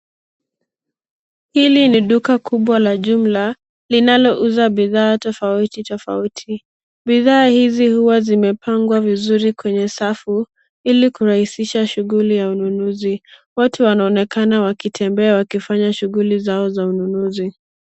Hili ni duka kubwa la jumla linalouza bidhaa tofauti tofauti. Bidhaa hizi huwa zimepangwa vizuri kwenye safu, ili kurahisisha shughuli ya ununuzi. Watu wanaonekana wakitembea wakifanya shughuli zao za ununuzi.